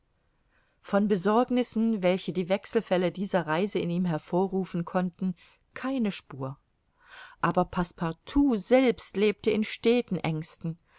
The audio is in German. von besorgnissen welche die wechselfälle dieser reise in ihm hervorrufen konnten keine spur aber passepartout selbst lebte in steten aengsten